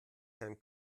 herrn